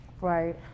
Right